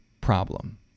problem